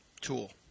tool